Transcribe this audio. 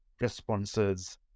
responses